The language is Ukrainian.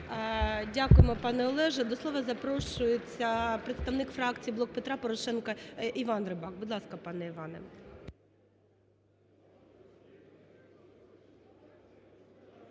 Дякуємо, пане Олеже. До слова запрошується представник фракції "Блок Петра Порошенка" Іван Рибак. Будь ласка, пане Іване.